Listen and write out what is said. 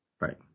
Right